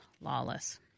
Lawless